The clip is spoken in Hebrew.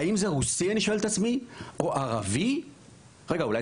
האם זה רוסי, אני שואל את עצמי, או ערבי?